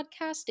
podcast